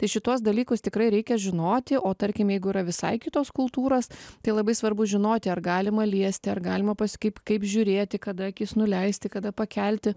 tai šituos dalykus tikrai reikia žinoti o tarkim jeigu yra visai kitos kultūros tai labai svarbu žinoti ar galima liesti ar galima pas kaip kaip žiūrėti kada akis nuleisti kada pakelti